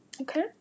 Okay